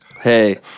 Hey